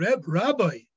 Rabbi